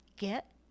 get